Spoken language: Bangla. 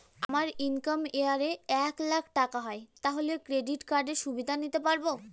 আমার ইনকাম ইয়ার এ এক লাক টাকা হয় তাহলে ক্রেডিট কার্ড এর সুবিধা নিতে পারবো?